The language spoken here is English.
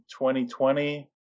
2020